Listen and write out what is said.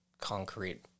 concrete